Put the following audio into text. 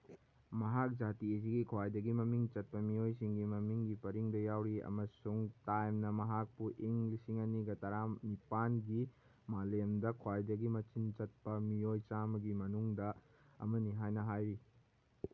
ꯃꯍꯥꯛ ꯖꯥꯇꯤ ꯑꯁꯤꯒꯤ ꯈ꯭ꯋꯥꯏꯗꯒꯤ ꯃꯃꯤꯡ ꯆꯠꯄ ꯃꯤꯑꯣꯏꯁꯤꯡꯒꯤ ꯃꯃꯤꯡꯒꯤ ꯄꯔꯤꯡꯗ ꯌꯥꯎꯔꯤ ꯑꯃꯁꯨꯡ ꯇꯥꯏꯝꯅ ꯃꯍꯥꯛꯄꯨ ꯏꯪ ꯂꯤꯁꯤꯡ ꯑꯅꯤꯒ ꯇꯔꯥꯅꯤꯄꯥꯟꯒꯤ ꯃꯥꯂꯦꯝꯗ ꯈ꯭ꯋꯥꯏꯗꯒꯤ ꯃꯆꯤꯟ ꯆꯠꯄ ꯃꯤꯑꯣꯏ ꯆꯥꯝꯃꯒꯤ ꯃꯅꯨꯡꯗ ꯑꯃꯅꯤ ꯍꯥꯏꯅ ꯍꯥꯏꯔꯤ